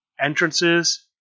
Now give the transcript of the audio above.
Entrances